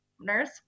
nurse